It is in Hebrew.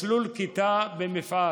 3. מסלול כיתה במפעל,